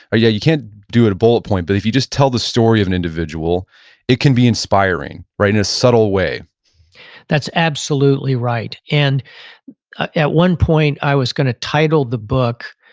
yeah you can't do it a bullet point, but if you just tell the story of an individual it can be inspiring, right? in a subtle way that's absolutely right. and at one point i was going to title the book,